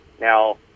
Now